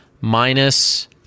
minus